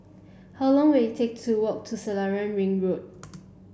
how long will it take to walk to Selarang Ring Road